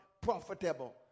profitable